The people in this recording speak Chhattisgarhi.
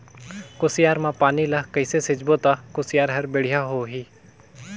कुसियार मा पानी ला कइसे सिंचबो ता कुसियार हर बेडिया होही?